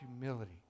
humility